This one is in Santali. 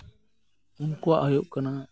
ᱩᱱᱠᱩᱣᱟᱜ ᱦᱩᱭᱩᱜ ᱠᱟᱱᱟ